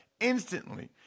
instantly